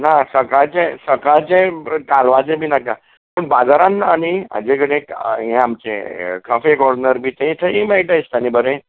ना सकाळचें सकाळचें कालवाचें बी नाका पूण बाजारान ना आनी हाजे कडेन हें आमचें कॉफी कॉरनर बी थंय थंयीय मेळटा दिसता न्ही बरें